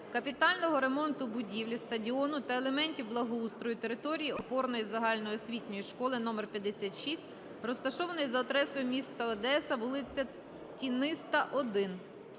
капітального ремонту будівлі, стадіону та елементів благоустрою території опорної загальноосвітньої школи №56, розташованої за адресою: м. Одеса, вул. Тіниста, 1.